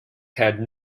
had